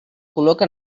col·loca